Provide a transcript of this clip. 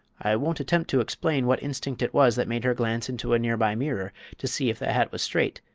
i won't attempt to explain what instinct it was that made her glance into a near-by mirror to see if the hat was straight,